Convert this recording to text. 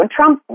Trump